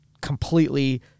completely